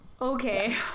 Okay